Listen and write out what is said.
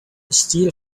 steel